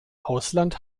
ausland